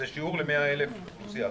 שזה שיעור ל-100,000 אוכלוסייה,